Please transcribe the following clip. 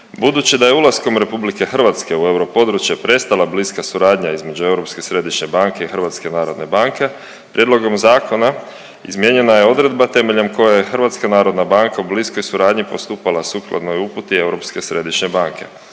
Budući da je ulaskom RH u europodručje prestala bliska suradnja između Europske središnje banke i HNB-a prijedlogom zakona izmijenjena je odredba temeljem koje HNB u bliskoj suradnji postupala sukladnoj uputi